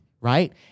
right